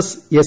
S S